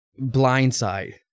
Blindside